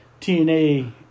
TNA